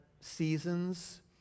seasons